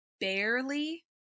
barely